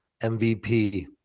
MVP